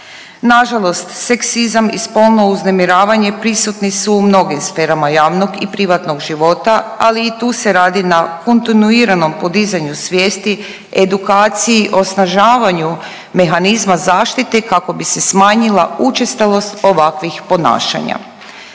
Na žalost seksizam i spolno uznemiravanje prisutni su u mnogim sferama javnog i privatnog života ali i tu se radi na kontinuiranom podizanju svijesti, edukaciji, osnažavanju mehanizma zaštite kako bi se smanjila učestalost ovakvih ponašanja.